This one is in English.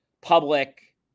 public